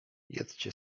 jedzcie